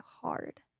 hard